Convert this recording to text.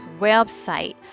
website